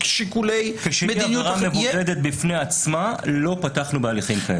כשהיא עבירה מבודדת בפני עצמה לא פתחנו בהליכים כאלה.